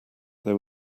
there